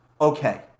okay